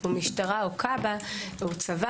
כמו המשטרה או כב"ה או הצבא,